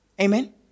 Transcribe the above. Amen